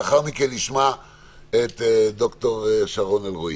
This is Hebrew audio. לאחר מכן נשמע את ד"ר שרון אלרעי.